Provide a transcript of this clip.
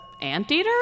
Anteater